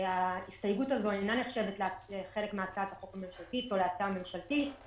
ההסתייגות הזו אינה נחשבת לחלק מהצעת החוק הממשלתית או להצעה הממשלתית.